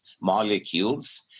molecules